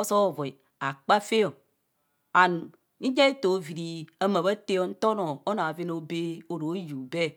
osoa voi akpaa fe o and nyas eto aoviri ama bha taa o nto nuo a bhoven aobr oruu bee